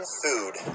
food